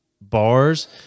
bars